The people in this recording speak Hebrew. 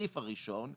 בסעיף הראשון,